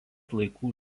laikų